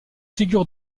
figure